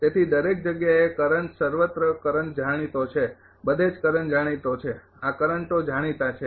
તેથી દરેક જગ્યાએ કરંટ સર્વત્ર કરંટ જાણીતો છે બધે જ કરંટ જાણીતો છે આ કરંટો જાણીતા છે